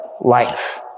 life